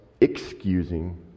excusing